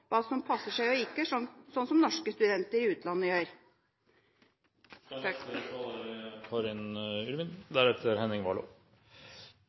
hva som passer seg og ikke, slik norske studenter i utlandet gjør.